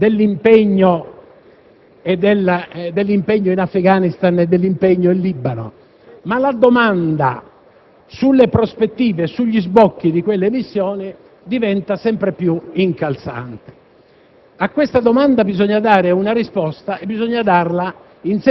Un'altra osservazione riguarda soprattutto le due missioni principali: l'Afghanistan ed il Libano. Credo che per queste missioni il futuro Governo della prossima legislatura debba essere pronto